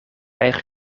eigen